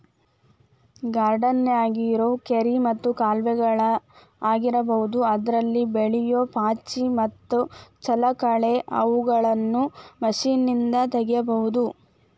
ಗಾರ್ಡನ್ಯಾಗಿರೋ ಕೆರಿ ಮತ್ತ ಕಾಲುವೆಗಳ ಆಗಿರಬಹುದು ಅದ್ರಲ್ಲಿ ಬೆಳಿಯೋ ಪಾಚಿ ಮತ್ತ ಜಲಕಳೆ ಅಂತವುಗಳನ್ನ ಮಷೇನ್ನಿಂದ ತಗಿಬಹುದು